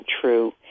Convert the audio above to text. true